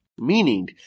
Meaning